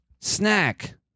snack